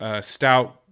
stout